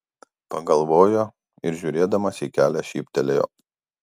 pagalvojo ir žiūrėdamas į kelią šyptelėjo